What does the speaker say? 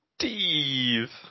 Steve